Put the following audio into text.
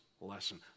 lesson